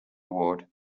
award